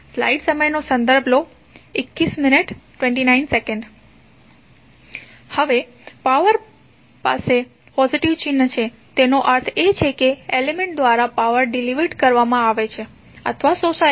હવે પાવર પાસે પોઝિટિવ ચિહ્ન છે તેનો અર્થ એ છે કે એલિમેન્ટ દ્વારા પાવર ડિલિવર્ડ કરવામાં આવે છે અથવા શોષાય છે